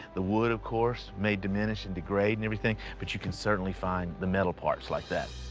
the wood, of course, may diminish and degrade and everything, but you can certainly find the metal parts like that.